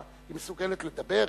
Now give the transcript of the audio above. מה, היא מסוגלת לדבר?